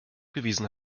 bewiesen